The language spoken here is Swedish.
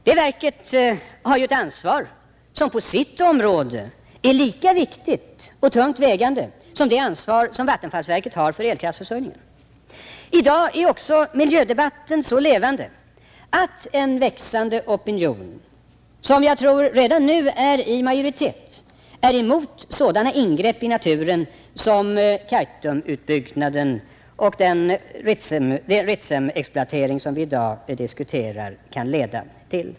Det verket har ett ansvar som på dess område är lika viktigt och tungt vägande som det ansvar vattenfallsverket har för elkraftsförsörjningen. I dag är också miljödebatten så levande att en växande opinion, som jag tror redan nu är i majoritet, är mot sådana ingrepp i naturen som Kaitumutbyggnaden och den Ritsemexploatering vi i dag diskuterar kan leda till.